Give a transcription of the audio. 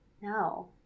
No